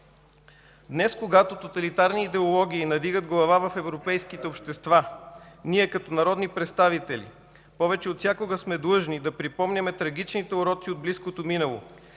Днес, когато тоталитарни идеологии надигат глава в европейските общества, ние като народни представители повече от всякога сме длъжни да припомняме трагичните уроци от близкото минало